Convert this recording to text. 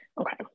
Okay